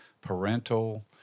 parental